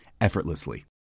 effortlessly